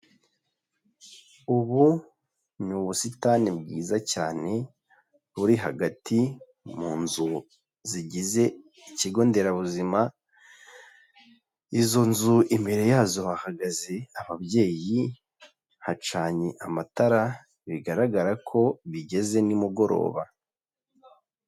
Ubu ni ubusitani bwiza cyane, buri hagati mu nzu zigize ikigo nderabuzima, izo nzu imbere yazo hahagaze ababyeyi, hacanye amatara bigaragara ko bigeze nimugoroba.